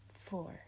Four